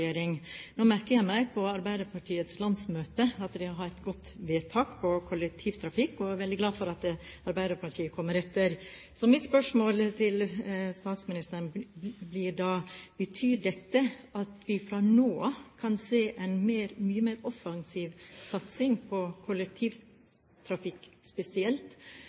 Nå merket jeg meg at på Arbeiderpartiets landsmøte hadde man et godt vedtak om kollektivtrafikk, og jeg er veldig glad for at Arbeiderpartiet kommer etter. Mitt spørsmål til statsministeren blir: Betyr dette at vi fra nå av kan se en mye mer offensiv satsing på kollektivtrafikk spesielt,